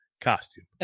costume